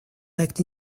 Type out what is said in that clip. lacked